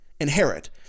inherit